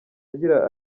agira